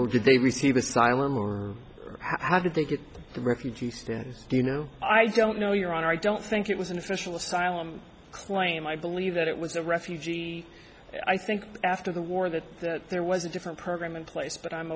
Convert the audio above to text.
or did they receive asylum or how did they get the refugee stand you know i don't know your honor i don't think it was an official asylum claim i believe that it was a refugee i think after the war that there was a different program in place but i'm